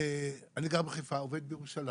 עובד בירושלים,